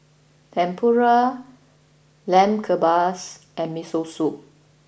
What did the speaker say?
Tempura Lamb Kebabs and Miso Soup